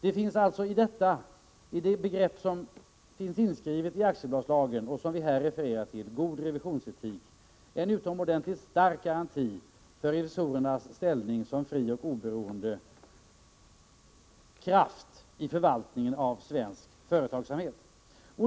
Det finns alltså i detta begrepp som finns inskrivet i aktiebolagslagen och som vi här refererar till, god revisionsetik, utomordentligt stark garanti för revisorernas ställning som fri och oberoende kraft i förvaltningen av svensk företagsamhet.